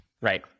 right